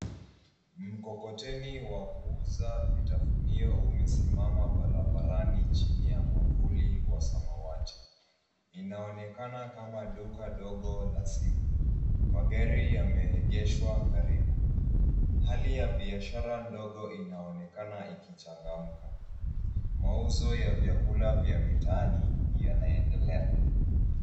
Mkokoteni wa kuuza vitafunio umesimama barabarani chini ya mwavuli wa samawati. Inaonekana kama duka dogo la simu. Magari yameegeshwa karibu. Hali ya biashara ndogo inaonekana ikichangamka. Mauzo ya vyakula vya mitaani yanaendelea.